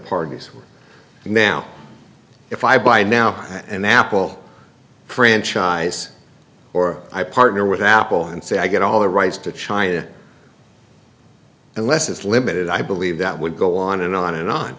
parties and now if i buy now and apple franchise or i partner with apple and say i get all the rights to china unless it's limited i believe that would go on and on and on